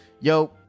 Yo